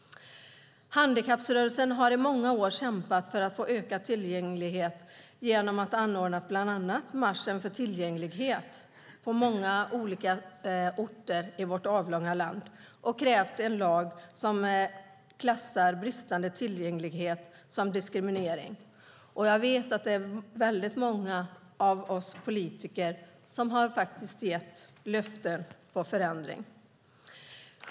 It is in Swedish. Handikapprörelsen har i många år kämpat för att få ökad tillgänglighet, bland annat genom att anordna Marschen för tillgänglighet på många orter i vårt land. Man har krävt en lag som klassar bristande tillgänglighet som diskriminering. Jag vet att många av oss politiker har gett löften om förändring.